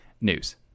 news